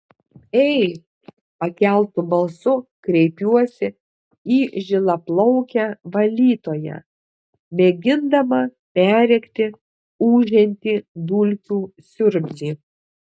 ei pakeltu balsu kreipiuosi į žilaplaukę valytoją mėgindama perrėkti ūžiantį dulkių siurblį